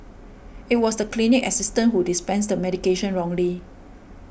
it was the clinic assistant who dispensed the medication wrongly